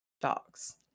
dogs